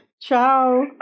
Ciao